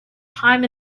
time